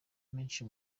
menshi